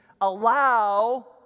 allow